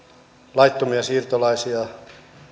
laittomia siirtolaisia